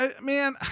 Man